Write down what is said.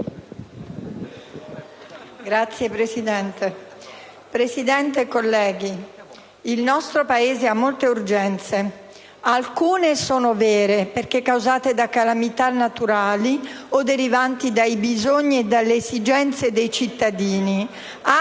BLUNDO *(M5S)*. Presidente, colleghi, il nostro Paese ha molte urgenze: alcune sono vere, perché causate da calamità naturali o derivanti dai bisogni e dalle esigenze dei cittadini;